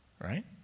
Right